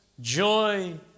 joy